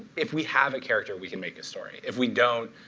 if we have a character, we can make a story. if we don't,